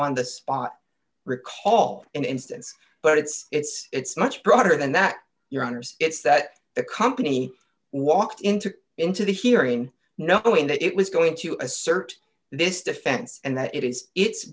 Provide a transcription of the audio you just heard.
on the spot recall an instance but it's it's much broader than that your honour's it's that the company walked into into the hearing knowing that it was going to assert this defense and that it is it